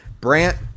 Brant